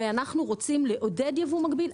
אנחנו רוצים לעודד ייבוא מקביל,